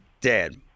dead